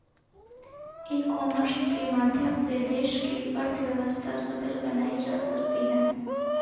ई commerce के माध्यम से देश की अर्थव्यवस्था सबल बनाई जा सकती है